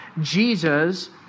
Jesus